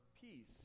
peace